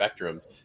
spectrums